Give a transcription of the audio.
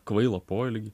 kvailą poelgį